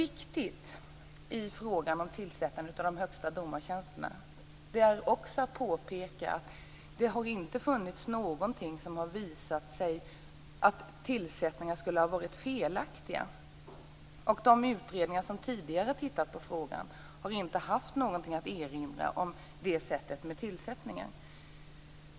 I frågan om tillsättandet av dessa tjänster är det viktigt att påpeka att det inte har funnits något som har visat att tillsättningar skulle ha varit felaktiga. De utredningar som tidigare har tittat på frågan har inte haft någonting att erinra om sättet man tillsatt tjänsterna på.